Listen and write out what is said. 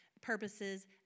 purposes